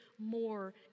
more